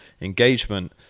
engagement